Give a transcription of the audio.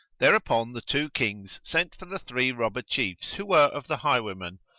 thereupon the two kings sent for the three robber chiefs who were of the highway men,